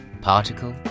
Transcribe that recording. particle